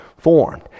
Formed